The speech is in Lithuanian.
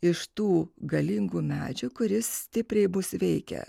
iš tų galingų medžių kuris stipriai mus reikia